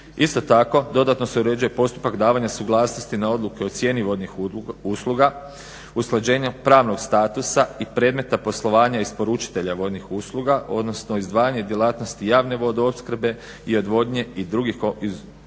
Isto tako dodatno se uređuje postupak dodavanja suglasnosti na odluke o cijeni vodnih usluga, usklađenje pravnog statusa i predmeta poslovanja isporučitelja vodnih usluga odnosno izdvajanje djelatnosti javne vodoopskrbe i odvodnje iz drugih komunalnih